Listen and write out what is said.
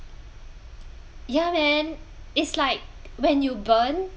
ya man it's like when you burn